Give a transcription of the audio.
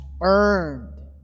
earned